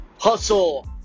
Hustle